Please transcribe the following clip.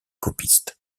copistes